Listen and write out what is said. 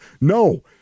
No